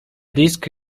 disk